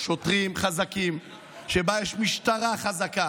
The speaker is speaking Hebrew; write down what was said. בבקשה החוצה.